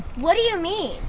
what do you mean?